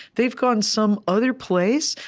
they've gone some other place.